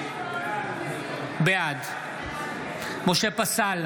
בעד משה פסל,